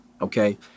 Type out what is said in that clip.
Okay